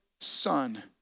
son